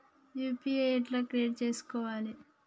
UPI ఎట్లా create చేసుకోవాలి?